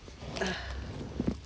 ah